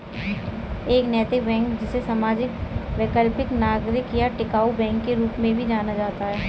एक नैतिक बैंक जिसे सामाजिक वैकल्पिक नागरिक या टिकाऊ बैंक के रूप में भी जाना जाता है